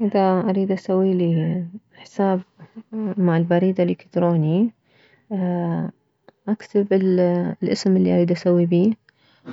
اذا اريد اسويلي حساب مالبريد الكتروني اكتب الاسم الي اريد اسوي بيه